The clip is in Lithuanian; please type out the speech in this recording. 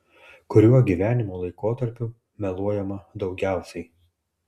kuriuo gyvenimo laikotarpiu meluojama daugiausiai